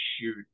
shoot